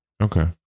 Okay